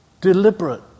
Deliberate